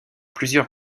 plusieurs